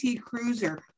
cruiser